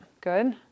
good